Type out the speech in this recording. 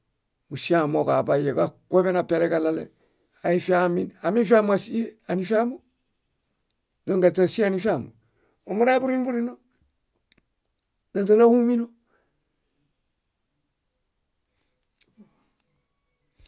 . Mósie amooġo aḃayuġakuoḃen apialeġaɭale aifiamin. Amifiamo ásie anifiamo? Źongen aśe ásie anifiamo. Omurale burĩburino náźanahumino.